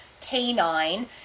canine